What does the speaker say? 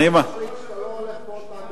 לא הולך עוד